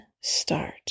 start